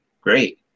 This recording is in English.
great